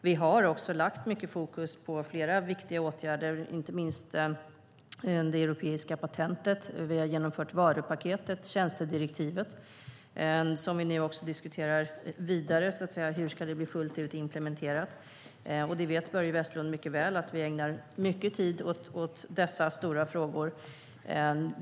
Vi har också lagt mycket fokus på flera viktiga åtgärder, inte minst det europeiska patentet. Vi har genomfört varupaketet, tjänstedirektivet, som vi nu också diskuterar vidare när det gäller hur det ska bli fullt ut implementerat. Börje Vestlund vet mycket väl att vi ägnar mycket tid åt dessa stora frågor.